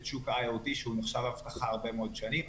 שוק ה-IOD שהוא הבטחה הרבה מאוד שנים.